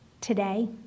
today